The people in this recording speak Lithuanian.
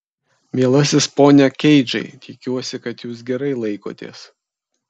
mielasis pone keidžai tikiuosi kad jūs gerai laikotės